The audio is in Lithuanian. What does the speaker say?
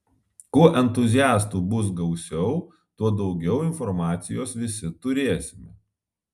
kuo entuziastų bus gausiau tuo daugiau informacijos visi turėsime